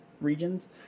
regions